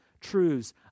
truths